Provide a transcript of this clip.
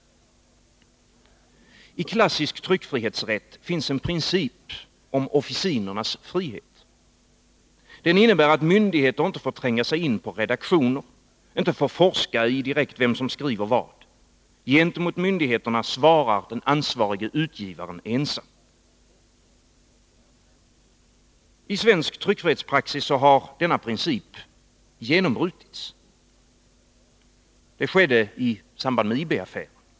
I klassisk tryckfrihetsrätt finns en princip om officinernas frihet. Den innebär att myndigheter inte får tränga sig in på redaktioner, inte forska i vem som skriver vad. Gentemot myndigheterna svarar den ansvarige utgivaren ensam. I svensk tryckfrihetspraxis har denna princip genombrutits. Det skedde i samband med IB-affären.